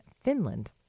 Finland